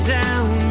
down